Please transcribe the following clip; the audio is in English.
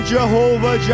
Jehovah